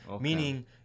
meaning